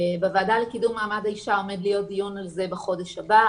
בוועדה לקידום מעמד האישה עומד להיות דיון על זה בחודש הבא,